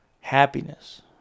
happiness